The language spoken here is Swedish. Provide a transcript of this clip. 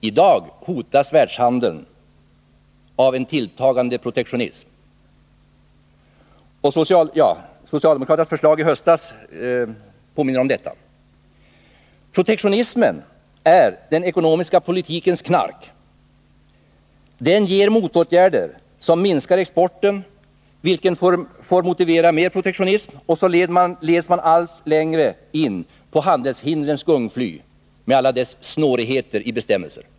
I dag hotas världshandeln av en tilltagande protektionism. Socialdemokraternas förslag i höstas påminner om detta. Protektionism är den ekonomiska politikens knark. Den ger motåtgärder som minskar exporten, vilket får motivera mer protektionism. Så leds man allt längre ut på handelshindrens gungfly med alla dess snåriga bestämmelser.